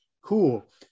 cool